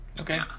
Okay